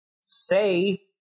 say